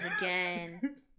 again